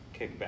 kickback